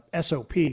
SOP